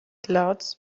clouds